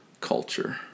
culture